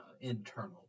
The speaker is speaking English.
internal